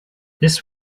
this